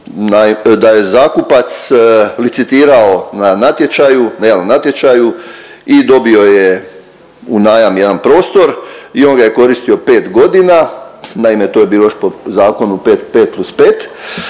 da je zakupac licitirao na natječaju, na javnom natječaju i dobio je u najam jedan prostor i on ga je koristio 5.g., naime to je bilo još po zakonu 5,